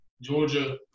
Georgia